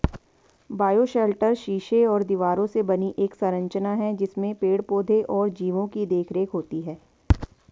bioshelter शीशे और दीवारों से बनी एक संरचना है जिसमें पेड़ पौधे और जीवो की देखरेख होती है